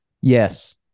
Yes